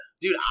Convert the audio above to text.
dude